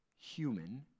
human